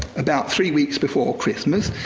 about three weeks before christmas,